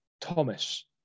Thomas